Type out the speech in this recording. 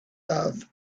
love